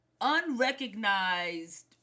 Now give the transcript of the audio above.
unrecognized